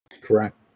Correct